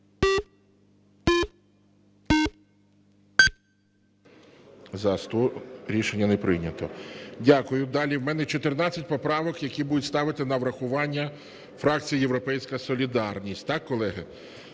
За-100 Рішення не прийнято. Дякую. Далі в мене 14 поправок, які буде ставити на врахування фракція "Європейська солідарність". Так, колеги?